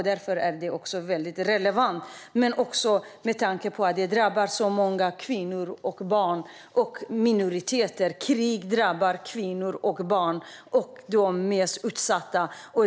Därför är detta mycket relevant med tanke på att det drabbar så många kvinnor, barn och minoriteter. Krig drabbar kvinnor och barn och de mest utsatta.